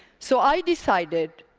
so i decided,